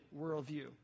worldview